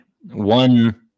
one